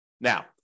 Now